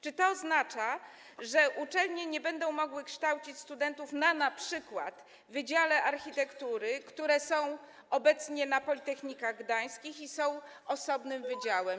Czy to oznacza, że uczelnie nie będą mogły kształcić studentów na np. wydziałach architektury, które są obecnie na politechnikach osobnymi wydziałami?